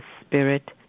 spirit